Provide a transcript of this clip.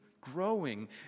growing